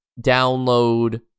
download